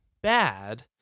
bad